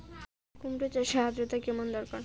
কুমড়ো চাষের আর্দ্রতা কেমন দরকার?